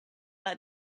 like